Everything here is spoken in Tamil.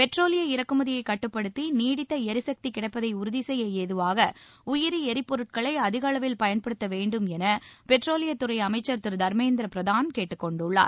பெட்ரோலிய இறக்குமதியைக் கட்டுப்படுத்தி நீடித்த எரிசக்தி கிடைப்பதை உறுதி செய்ய ஏதுவாக உயிரி எரிபொருட்களை அதிக அளவில் பயன்படுத்த வேண்டும் என பெட்ரோலியத்துறை அமைச்சர் திரு தர்மேந்திர பிரதான் கேட்டுக் கொண்டுள்ளார்